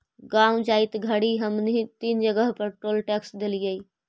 गाँव जाइत घड़ी हमनी तीन जगह पर टोल टैक्स देलिअई